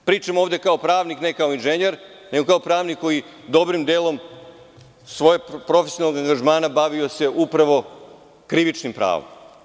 Pričam ovde kao pravnik, ne kao inženjer, nego kao pravnik koji se dobrim delom svog profesionalnog angažmana bavio upravo krivičnim pravom.